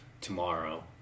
tomorrow